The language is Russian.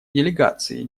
делегации